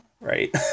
right